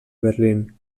berlín